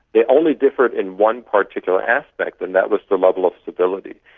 they only differed in one particular aspect and that was the level of stability.